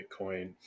Bitcoin